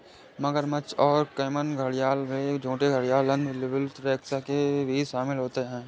मगरमच्छ और कैमन घड़ियाल और झूठे घड़ियाल अन्य विलुप्त टैक्सा के बीच शामिल होते हैं